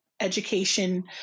education